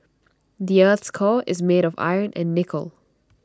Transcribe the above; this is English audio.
the Earth's core is made of iron and nickel